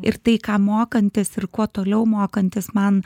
ir tai ką mokantis ir kuo toliau mokantis man